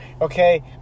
okay